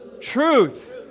truth